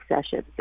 Sessions